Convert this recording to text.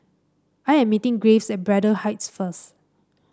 I am meeting Graves at Braddell Heights first